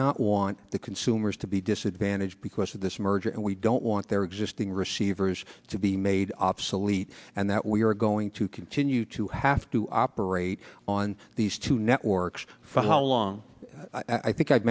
not want the consumers to be disadvantaged because of this merger and we don't want their existing receivers to be made obsolete and that we are going to continue to have to operate on these two networks for how long i think i'